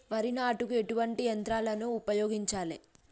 వరి నాటుకు ఎటువంటి యంత్రాలను ఉపయోగించాలే?